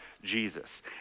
Jesus